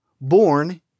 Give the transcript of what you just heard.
Born